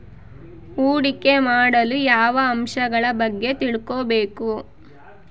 ಹೂಡಿಕೆ ಮಾಡಲು ಯಾವ ಅಂಶಗಳ ಬಗ್ಗೆ ತಿಳ್ಕೊಬೇಕು?